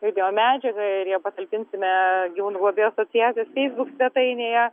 videomedžiagą ir ją patalpinsime gyvūnų globėjų asociacijos feisbuk svetainėje